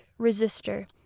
resistor